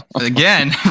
again